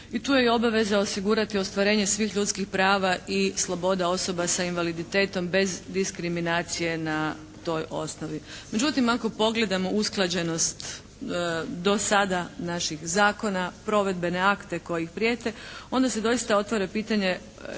i tu je i obaveza osigurati ostvarenje svih ljudskih prava i sloboda osoba sa invaliditetom bez diskriminacije na toj osnovi. Međutim, ako pogledamo usklađenost do sada naših zakona, provedbene akte koji im prijete, onda se doista otvara pitanje